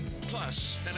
plus